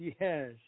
Yes